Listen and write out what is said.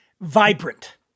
Vibrant